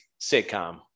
sitcom